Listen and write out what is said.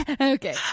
Okay